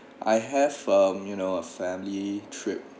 I have um you know a family trip